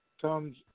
comes